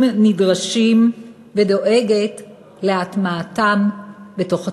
נדרשים ודואגת להטמעתם בתוך הצוות.